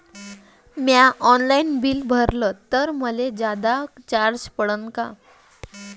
म्या online bill भरलं तर मले जादा चार्ज पडन का?